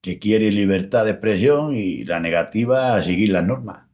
que quieri libertá d'espressión i la negativa a siguil las normas.